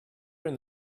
when